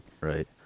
right